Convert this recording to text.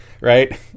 right